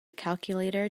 calculator